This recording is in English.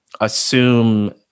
assume